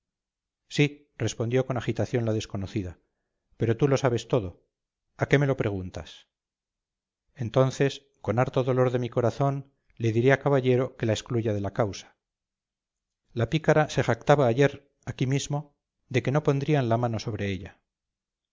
sí respondió con agitación la desconocida pero tú lo sabes todo a qué me lo preguntas entonces con harto dolor de mi corazón le diré a caballero que la excluya de la causa la pícara se jactaba ayer aquí mismo de que no pondrían la mano sobre ella